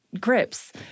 grips